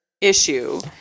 issue